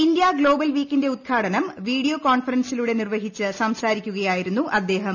India global വീക്കിന്റെ ഉദ്ഘാടനം video കോൺഫറൻസിലൂടെ നിർവ്വഹിച്ച് ക്സ്ക്സാരിക്കുകയായിരുന്നു അദ്ദേഹം